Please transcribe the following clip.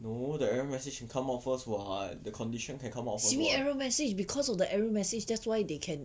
simi error message because of the error message that's why they can